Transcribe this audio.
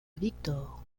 victor